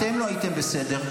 אתם לא הייתם בסדר,